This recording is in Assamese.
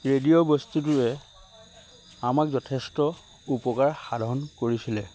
ৰেডিঅ' বস্তুটোৱে আমাক যথেষ্ট উপকাৰ সাধন কৰিছিলে